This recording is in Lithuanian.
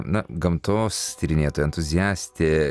na gamtos tyrinėtoja entuziastė